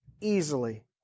easily